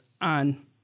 on